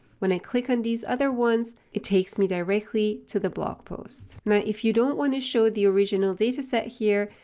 when i click on these other ones, it takes me directly to the blog posts. now if you don't want to show the original data set here,